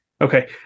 Okay